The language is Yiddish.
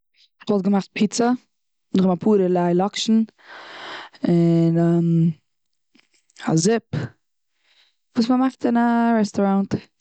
כ'וואלט געמאכט פיצא און נאכדעם אפאר ערליי לאקשן, און א זיפ. וואס מ'מאכט און א רעסטאראנט.